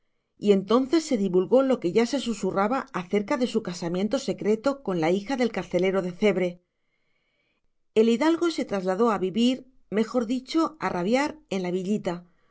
y entonces se divulgó lo que ya se susurraba acerca de su casamiento secreto con la hija del carcelero de cebre el hidalgo se trasladó a vivir mejor dicho a rabiar en la villita